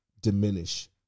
diminish